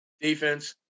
Defense